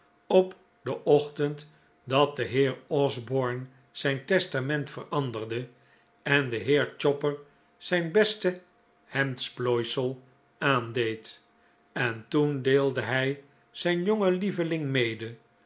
op den ochtend dat de heer osborne zijn testament veranderde en de heer chopper zijn beste hemdsplooisel aandeed en toen deelde hij zijn jongen lieveling mede